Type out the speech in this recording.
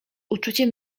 uczuciem